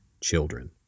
Children